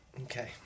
Okay